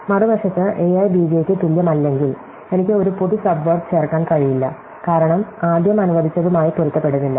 മറുവശത്ത്a i b j യ്ക്ക് തുല്യമല്ലെങ്കിൽ എനിക്ക് ഒരു പൊതു സബ്വേഡ് ചേർക്കാൻ കഴിയില്ല കാരണം ആദ്യം അനുവദിച്ചതുമായി പൊരുത്തപ്പെടുന്നില്ല